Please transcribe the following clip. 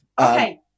Okay